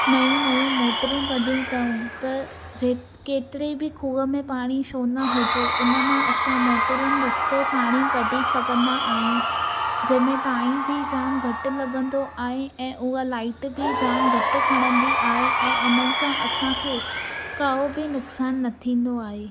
नयूं नयूं मोटरू कढियूं अथव त जे केतिरी बि खूअं में पाणी छो न हुजे उनमां असां मोटरू रस्ते पाणी कढी सघंदा आहियूं जंहिंमे टाइम बि जाम घटि लॻंदो आहे ऐं हूअ लाइट बि जाम घटि खणंदी आहे ऐं उन्हनि सां असांखे को बि नुक़सानु न थींदो आहे